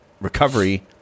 recovery